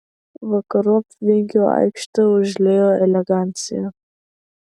vakarop vingio aikštę užliejo elegancija